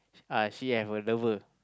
uh she have a lover